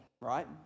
right